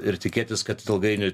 ir tikėtis kad ilgainiui